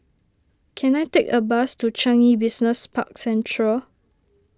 can I take a bus to Changi Business Park Central